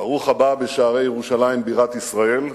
ברוך הבא בשערי ירושלים בירת ישראל.